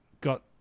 got